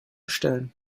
stellen